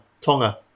Tonga